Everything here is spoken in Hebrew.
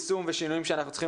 יישום ושינויים.